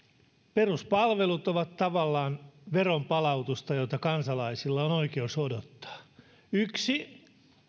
peruspalvelut ovat tavallaan veron palautusta jota kansalaisilla on oikeus odottaa yksi